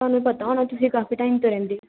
ਤੁਹਾਨੂੰ ਪਤਾ ਹੋਣਾ ਤੁਸੀਂ ਕਾਫੀ ਟਾਈਮ ਤੋਂ ਰਹਿੰਦੇ